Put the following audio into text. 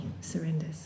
surrenders